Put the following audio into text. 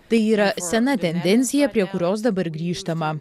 tai yra sena tendencija prie kurios dabar grįžtama